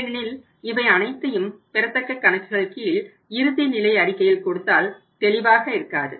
ஏனெனில் இவை அனைத்தையும் பெறத்தக்க கணக்குகள் கீழ் இறுதிநிலை அறிக்கையில் கொடுத்தால் தெளிவாக இருக்காது